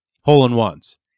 hole-in-ones